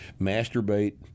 masturbate